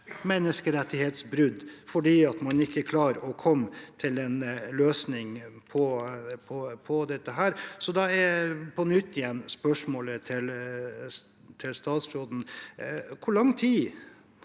menneskerettighetsbrudd fordi man ikke klarer å komme til en løsning på dette. På nytt er spørsmålet til statsråden: Hvor lang tid